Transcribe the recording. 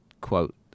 quote